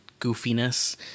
goofiness